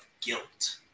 guilt